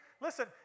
listen